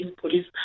police